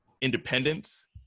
independence